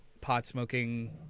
pot-smoking